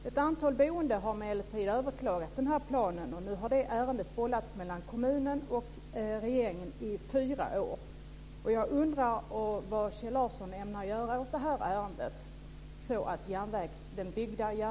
Ett antal boende har emellertid överklagat planen. Ärendet har bollats mellan kommunen och regeringen i fyra år.